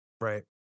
right